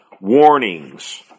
warnings